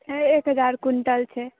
छै एक हजार क्विण्टल छै